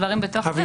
דברים בתוך זה.